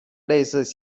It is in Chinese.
类似